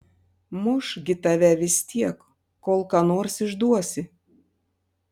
muš gi tave vis tiek kol ką nors išduosi